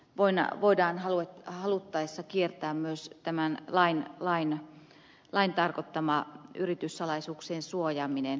voi joilla voidaan haluttaessa kiertää myös tämän lain tarkoittama yrityssalaisuuksien suojaaminen